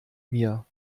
mir